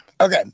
Okay